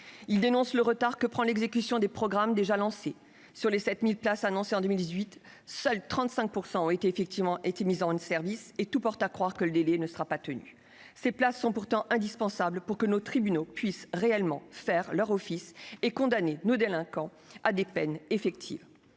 Il dénonce le retard que prend l'exécution des programmes déjà lancés : seuls 35 % des 7 000 places annoncées en 2018 ont effectivement été mises en service et tout porte à croire que le délai ne sera pas tenu. Ces places sont pourtant indispensables pour que nos tribunaux puissent réellement remplir leur office et condamner nos délinquants à des peines effectives.